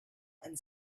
and